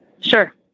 Sure